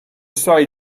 say